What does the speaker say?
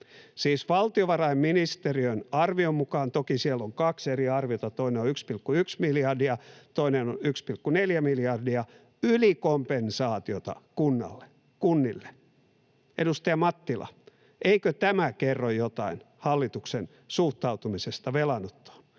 siis valtiovarainministeriön arvion mukaan — toki siellä on kaksi eri arviota, toinen on 1,1 miljardia, toinen 1,4 miljardia — antoi ylikompensaatiota kunnille. Edustaja Mattila, eikö tämä kerro jotain hallituksen suhtautumisesta velanottoon?